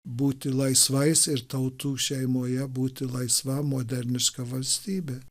būti laisvais ir tautų šeimoje būti laisva moderniška valstybė